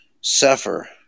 suffer